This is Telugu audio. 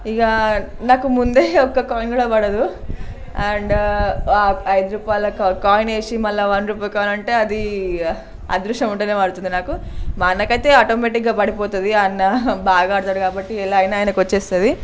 ఇక నాకు ముందే ఒక్క కాయిన్ కూడా పడదు అండ్ ఆ ఐదు రూపాయలు కాయిన్ వేసి మళ్ళీ వన్ రూపీ కాయిన్ అంటే అది అదృష్టం ఉంటే పడుతుంది నాకు మా అన్నకైతే ఆటోమేటిక్గా పడిపోతుంది అన్న బాగా ఆడుతాడు కాబట్టి ఎలా అయినా ఆయనకి వస్తుంది